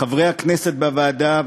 לחברי הכנסת בוועדה,